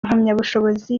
impamyabushobozi